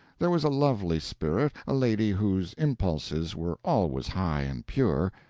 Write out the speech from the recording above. there was a lovely spirit, a lady whose impulses were always high and pure,